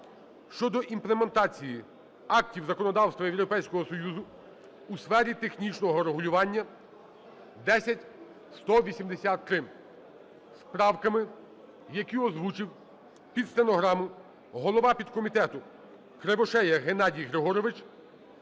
щодо імплементації актів законодавства Європейського Союзу у сфері технічного регулювання (10183) з правками, які озвучив під стенограму голова підкомітетуКривошея Геннадій Григорович,